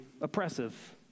oppressive